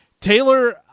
taylor